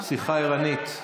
שיחה ערנית.